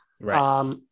Right